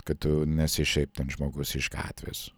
kad tu nesi šiaip ten žmogus iš gatvės